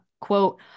Quote